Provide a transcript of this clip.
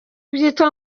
byitwa